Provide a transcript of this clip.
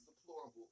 deplorable